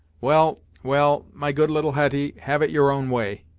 well well my good little hetty, have it your own way.